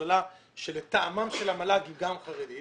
מכללה שלטעמם של המל"ג היא גם חרדית